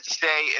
say